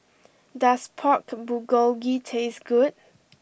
does Pork Bulgogi taste good